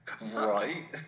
Right